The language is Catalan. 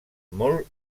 molt